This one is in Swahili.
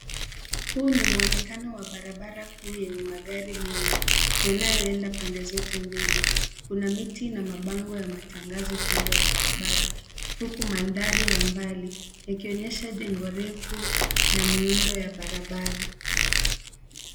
Huu ni mwonekano wa barabara kuu yenye magari mengi yanayoenda pande zote mbili. Kuna miti na mabango ya matangazo kando ya barabara, huku mandhari ya mbali yakionyesha jengo refu na miundo ya barabara.